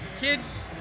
kids